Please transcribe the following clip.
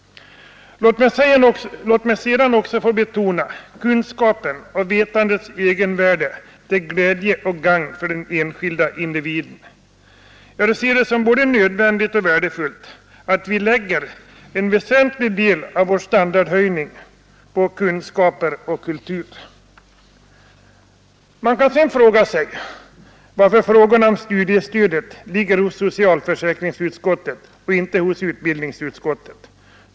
Låt mig sedan också få betona kunskapens och vetandets egenvärde till glädje och gagn för den enskilda individen. Jag ser det som både nödvändigt och värdefullt att vi lägger en väsentlig del av vår standard höjning på kunskaper och kultur. Man kan undra varför frågorna om studiestödet ligger hos socialförsäkringsutskottet och inte hos utbildningsutskottet.